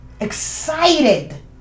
Excited